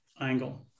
angle